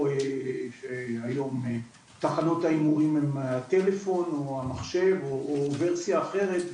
היום תחנות ההימורים הם הטלפון או המחשב או ורסיה אחרת,